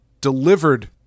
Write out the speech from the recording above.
delivered